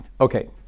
Okay